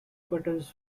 buttons